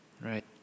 right